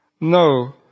No